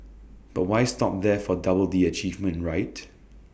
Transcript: but why stop there for double the achievement right